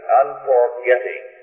unforgetting